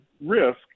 risk